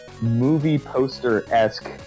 movie-poster-esque